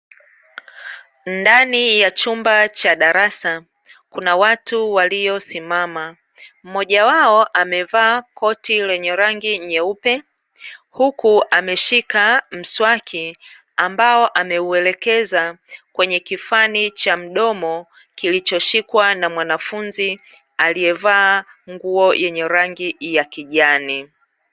Ndani ya chumba cha darasa kuna watu waliosimama, mmoja wao amevaa koti lenye rangi nyeupe, huku ameshika mswaki ambao ameuelekeza kwenye kifani cha mdomo kilichoshikwa na mwanafunzi aliyevaa nguo yenye rangi ya kijani.